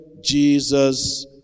Jesus